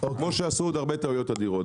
כמו שעשו עוד הרבה טעויות אדירות,